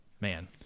man